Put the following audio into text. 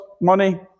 money